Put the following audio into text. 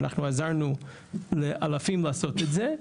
ואנחנו עזרנו לאלפים לעשות את זה.